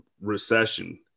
recession